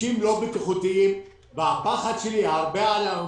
כבישים לא בטיחותיים, והפחד שלי הוא על העובדים.